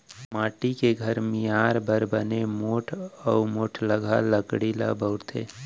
माटी के घर मियार बर बने मोठ अउ पोठलगहा लकड़ी ल बउरथे